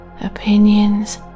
opinions